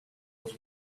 was